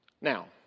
Now